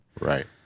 Right